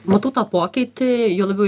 matau tą pokytį juo labiau